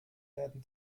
werden